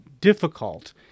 difficult